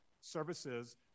services